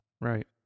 right